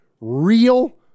real